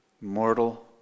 mortal